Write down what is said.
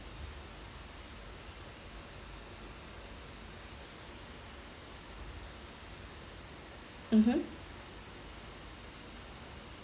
mmhmm